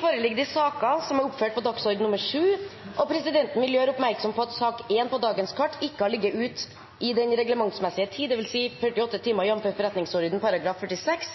på reglementsmessig måte. Presidenten vil gjøre oppmerksom på at sak nr. 1 på dagens kart ikke har ligget ute i den reglementsmessige tid, dvs. 48 timer, jf. forretningsordenens § 46.